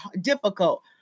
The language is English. difficult